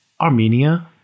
Armenia